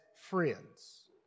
friends